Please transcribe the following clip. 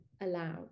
allow